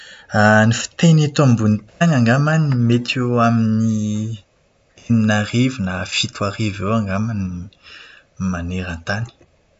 Ny fiteny ety ambonin'ny tany angamba an, mety eo amin'ny enina arivo na fito arivo eo angamba ny maneran-tany.